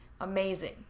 amazing